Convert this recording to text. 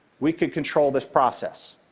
we could control this process.